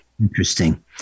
Interesting